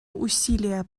усилия